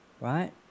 right